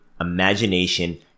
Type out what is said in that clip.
imagination